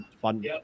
fun